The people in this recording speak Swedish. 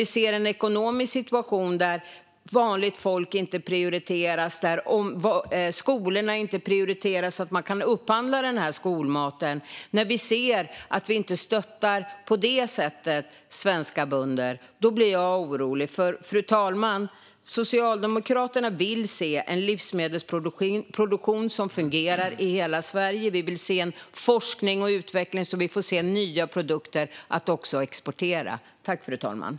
I den ekonomiska situation som råder prioriteras inte vanligt folk. Inte heller prioriteras skolorna så att de kan upphandla den här maten som skolmat. Vi stöttar alltså inte svenska bönder på detta sätt. Det gör mig orolig. Fru talman! Socialdemokraterna vill se en livsmedelsproduktion som fungerar i hela Sverige. Vi vill se forskning och utveckling som leder till nya produkter som också kan exporteras.